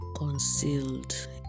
concealed